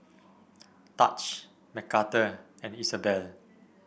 Tahj Mcarthur and Isabell